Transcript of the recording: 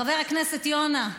חבר הכנסת יונה,